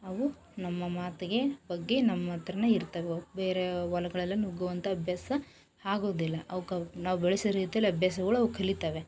ಅವು ನಮ್ಮ ಮಾತಿಗೆ ಬಗ್ಗಿ ನಮ್ಮತ್ರವೇ ಇರ್ತವೆ ಅವು ಬೇರೆ ಹೊಲ್ಗಳೆಲ್ಲ ನುಗ್ಗುವಂಥ ಅಭ್ಯಾಸ ಆಗೋದಿಲ್ಲ ಅವ್ಕವು ನಾವು ಬೆಳೆಸೋ ರೀತಿಲಿ ಅಭ್ಯಾಸಗಳು ಅವು ಕಲಿತವೆ